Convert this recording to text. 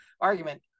argument